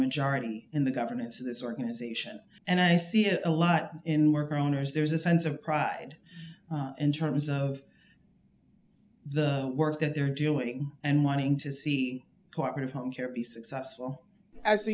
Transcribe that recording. majority in the governance of this organization and i see it a lot in worker owners there's a sense of pride in terms of the work that they're doing and wanting to see corporate homecare be successful as the